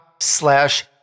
slash